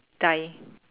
die